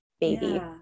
baby